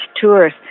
tours